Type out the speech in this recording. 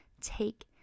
Take